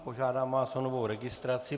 Požádám vás o novou registraci.